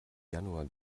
januar